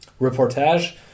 reportage